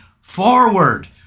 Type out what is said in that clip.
forward